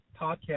podcast